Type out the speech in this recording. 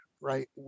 right